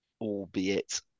albeit